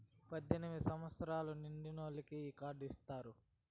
పద్దెనిమిది సంవచ్చరాలు నిండినోళ్ళకి ఈ కార్డు ఇత్తారు